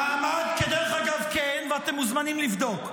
דרך אגב, כן, ואתם מוזמנים לבדוק.